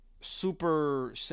super